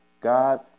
God